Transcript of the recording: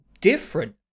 different